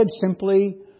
simply